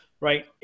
Right